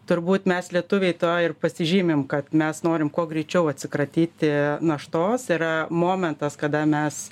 turbūt mes lietuviai to ir pasižymim kad mes norim kuo greičiau atsikratyti naštos yra momentas kada mes